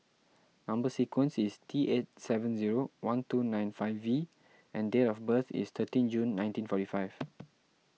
Number Sequence is T eight seven zero one two nine five V and date of birth is thirteen June nineteen forty five